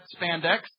spandex